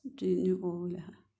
ചീഞ്ഞ് പോവില്ല